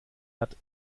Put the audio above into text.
hat